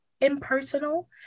impersonal